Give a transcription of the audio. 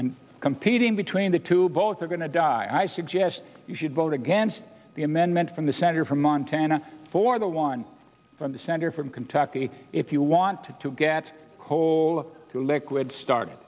and competing between the two both are going to die i suggest you should vote against the amendment from the senator from montana for the one from the center from kentucky if you want to get coal to liquid start